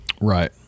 right